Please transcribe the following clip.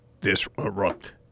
disrupt